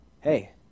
Hey